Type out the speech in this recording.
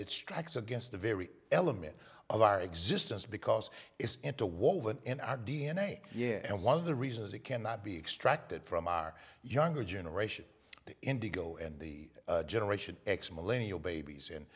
it strikes against the very element of our existence because it's into woven in our d n a yeah and one of the reasons it cannot be extracted from our younger generation indigo and generation x millennial babies and